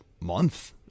month